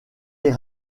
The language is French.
les